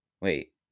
wait